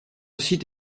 site